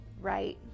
right